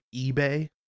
eBay